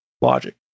Logic